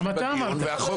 גם אתה אמרת שלא